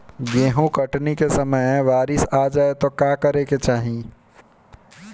गेहुँ कटनी के समय बारीस आ जाए तो का करे के चाही?